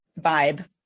vibe